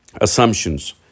Assumptions